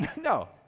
no